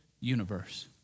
universe